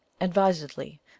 advisedly